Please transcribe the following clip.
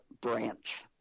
branch